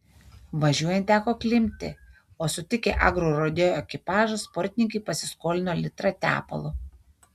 važiuojant teko klimpti o sutikę agrorodeo ekipažą sportininkai pasiskolino litrą tepalo